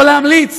לא להמליץ.